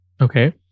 Okay